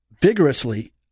vigorously